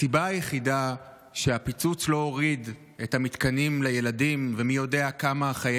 הסיבה היחידה שהפיצוץ לא הוריד את המתקנים לילדים ומי יודע כמה חיי